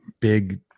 big